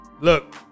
Look